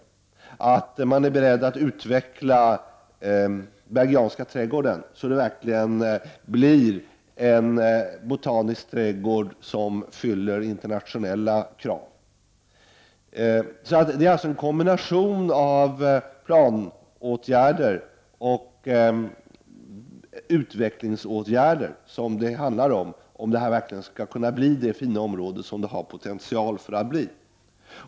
Det krävs att man är beredd att utveckla Bergianska trädgården så att den verkligen blir en botanisk trädgård som fyller internationella krav. Det är en kombination av planåtgärder och utvecklingsåtgärder som krävs om detta verkligen skall kunna bli det fina område som det har potential att bli.